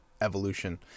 evolution